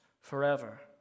forever